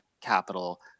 capital